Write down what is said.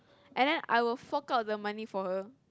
and then I will fork out the money for her